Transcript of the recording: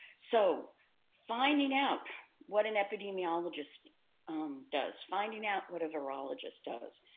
so finding out what an epidemiologist does, finding out what a virologist does,